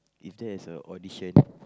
if there is a audition